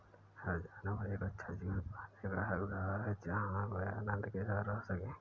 हर जानवर एक अच्छा जीवन पाने का हकदार है जहां वे आनंद के साथ रह सके